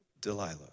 Delilah